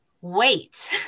wait